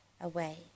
away